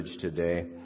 today